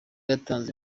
yatanze